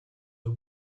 the